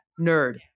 nerd